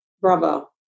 bravo